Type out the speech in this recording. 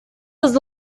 was